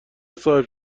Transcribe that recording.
صاحب